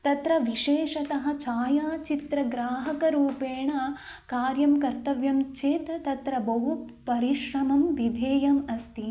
तत्र विषेशतः छायाचित्रं ग्राहकरूपेण कार्यं कर्तव्यं चेत् तत्र बहु परिश्रमं विधेयम् अस्ति